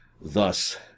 Thus